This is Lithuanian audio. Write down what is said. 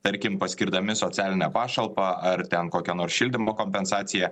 tarkim paskirdami socialinę pašalpą ar ten kokia nors šildymo kompensacija